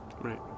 Right